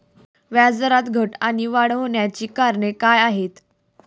व्याजदरात घट आणि वाढ होण्याची कारणे काय आहेत?